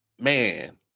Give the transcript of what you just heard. man